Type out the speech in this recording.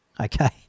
okay